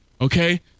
Okay